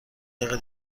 دقیقه